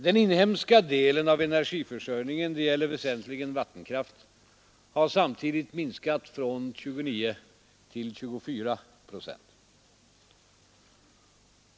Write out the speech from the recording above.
Den inhemska delen av energiförsörjningen — det gäller väsentligen vattenkraftsutbyggnaden — har samtidigt minskat från 29 till 24 procent.